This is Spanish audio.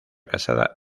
casada